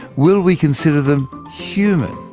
will we consider them human?